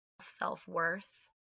self-worth